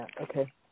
Okay